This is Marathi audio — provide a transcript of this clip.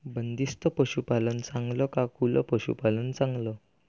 बंदिस्त पशूपालन चांगलं का खुलं पशूपालन चांगलं?